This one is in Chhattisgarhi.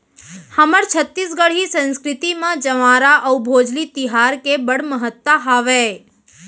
हमर छत्तीसगढ़ी संस्कृति म जंवारा अउ भोजली तिहार के बड़ महत्ता हावय